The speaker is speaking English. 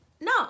no